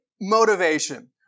motivation